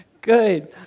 good